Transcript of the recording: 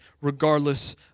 regardless